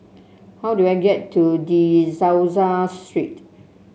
how do I get to De Souza Street